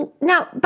now